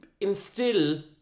instill